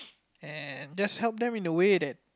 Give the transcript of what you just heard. and just help them in a way that